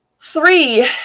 three